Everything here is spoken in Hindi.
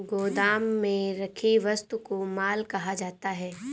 गोदाम में रखी वस्तु को माल कहा जाता है